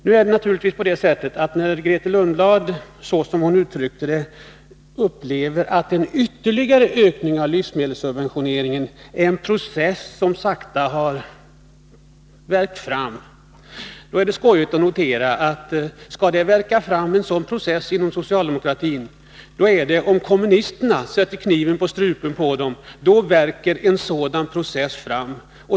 När Grethe Lundblad, som hon uttryckte det, upplever att en ytterligare ökning av livsmedelssubventioneringen är en process som sakta har värkt fram, är det värt att notera att om den skall värka fram inom socialdemokratin är det då kommunisterna sätter kniven på strupen på socialdemokraterna.